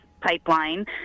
pipeline